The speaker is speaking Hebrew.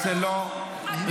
זה לא ------ לא,